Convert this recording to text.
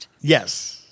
Yes